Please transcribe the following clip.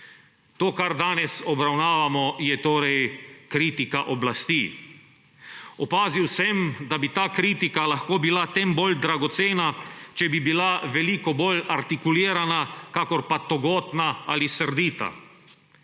To, kar danes obravnavamo, je torej kritika oblasti. Opazil sem, da bi ta kritika lahko bila tem bolj dragocena, če bi bila veliko bol artikulirana, kakor pa togotna ali srdita.